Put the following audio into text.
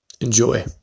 Enjoy